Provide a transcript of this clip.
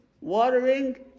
watering